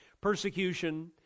persecution